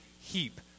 heap